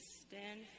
stand